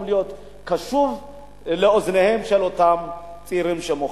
להיות קשוב לדבריהם של אותם צעירים שמוחים.